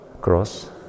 cross